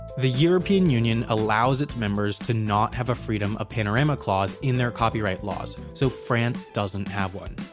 the european union allows its members to not have a freedom of panorama clause in their copyright laws so france doesn't have one.